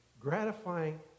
gratifying